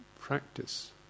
practice